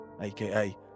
aka